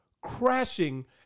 crashing